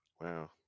Wow